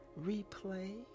replay